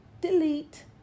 delete